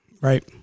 right